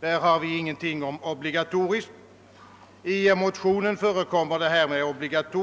Där står ingenting om ett obligatorium. I motionen talas det om ett obligatorium.